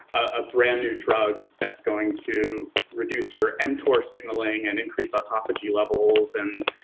a brand new drug that's going to reduce your mtor signaling and increase autophagy levels and